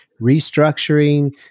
restructuring